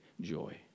joy